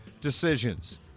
decisions